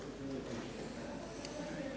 Hvala vam